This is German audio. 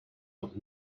noch